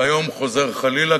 והיום חוזר חלילה,